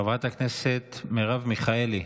חברת הכנסת מרב מיכאלי,